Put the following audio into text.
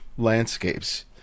landscapes